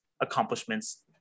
accomplishments